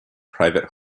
private